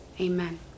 amen